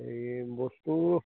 এই বস্তু